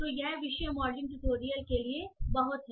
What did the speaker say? तो यह विषय मॉडलिंग ट्यूटोरियल के लिए बहुत है